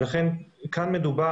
ולכן כאן מדובר,